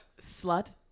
Slut